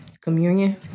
Communion